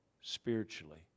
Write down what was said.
spiritually